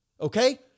okay